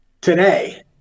Today